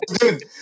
Dude